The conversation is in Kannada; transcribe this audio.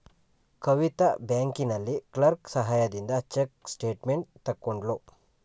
ಕವಿತಾ ಬ್ಯಾಂಕಿನಲ್ಲಿ ಕ್ಲರ್ಕ್ ಸಹಾಯದಿಂದ ಚೆಕ್ ಸ್ಟೇಟ್ಮೆಂಟ್ ತಕ್ಕೊದ್ಳು